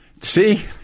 See